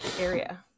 area